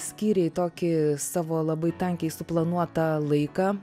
skyrei tokį savo labai tankiai suplanuotą laiką